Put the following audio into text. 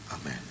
Amen